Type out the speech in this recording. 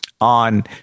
on